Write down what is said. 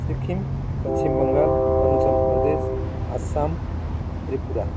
Sikkim Paschim Bangal Arunachal Pradesh Assam Tripura